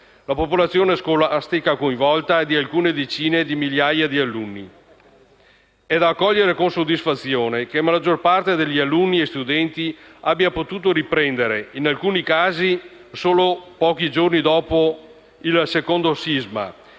la popolazione scolastica coinvolta è di alcune decine di migliaia di alunni. È da accogliere con soddisfazione che la maggior parte degli alunni e studenti abbia potuto riprendere le lezioni: in alcuni casi solo pochi giorni dopo il secondo sisma;